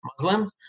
Muslim